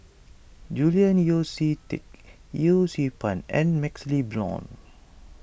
Julian Yeo See Teck Yee Siew Pun and MaxLe Blond